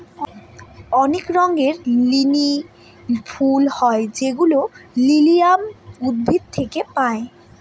অনেক রঙের লিলি ফুল হয় যেগুলো লিলিয়াম উদ্ভিদ থেকে পায়